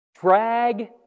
Drag